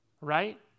right